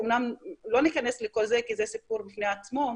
אמנם לא ניכנס לכל זה, כי זה סיפור בפני עצמו,